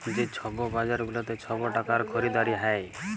যে ছব বাজার গুলাতে ছব টাকার খরিদারি হ্যয়